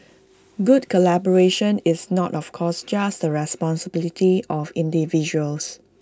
good collaboration is not of course just the responsibility of individuals